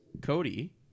Cody